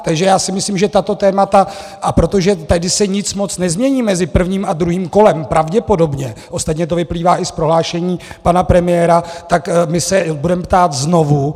Takže já si myslím, že tato témata, a protože tady se nic moc nezmění mezi prvním a druhým kolem, pravděpodobně ostatně to vyplývá i z prohlášení pana premiéra tak my se budeme ptát znovu.